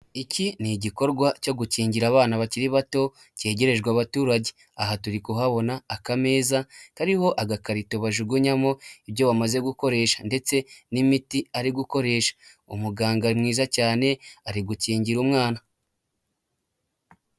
Iki ni igikorwa cyo gukingira abana bakiri bato cyegerejwe abaturage, aha turi kuhabona akamezaza kariho agakarito bajugunyamo ibyo bamaze gukoresha ndetse n'imiti ari gukoresha, umuganga mwiza cyane ari gukingira umwana.